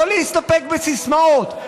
לא להסתפק בסיסמאות,